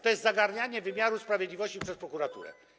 To jest zagarnianie wymiaru sprawiedliwości przez prokuraturę.